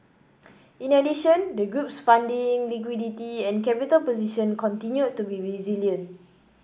in addition the group's funding liquidity and capital position continued to be resilient